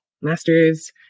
master's